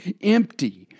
empty